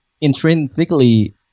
intrinsically